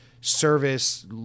service